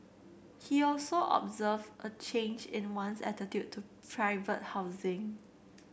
he also observed a change in one's attitude to private housing